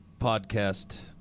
podcast